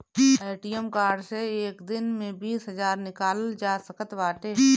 ATM card से एक दिन में बीस हजार निकालल जा सकत बाटे